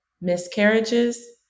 miscarriages